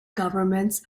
governments